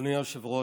אדוני היושב-ראש,